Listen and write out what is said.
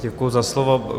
Děkuju za slovo.